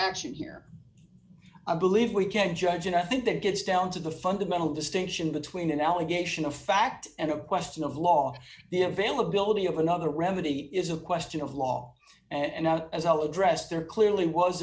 action here i believe we can judge and i think that gets down to the fundamental distinction between an allegation of fact and a question of law the availability of another remedy is a question of law and as i'll address there clearly was